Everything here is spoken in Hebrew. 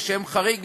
שהם חריג,